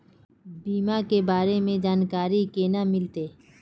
बीमा के बारे में जानकारी केना मिलते?